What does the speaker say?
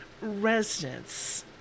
residents